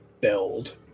build